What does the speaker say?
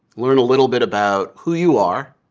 learn a little bit about who you are,